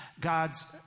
God's